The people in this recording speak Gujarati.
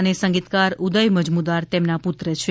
અને સંગીતકાર ઉદય મજમુદાર તેમના પુત્ર છે